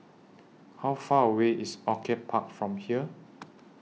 How Far away IS Orchid Park from here